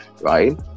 right